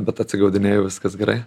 bet acigaudinėju viskas gerai